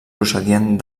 procedien